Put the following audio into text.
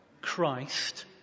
Christ